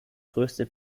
größte